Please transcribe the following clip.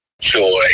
joy